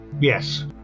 Yes